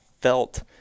felt